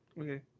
Okay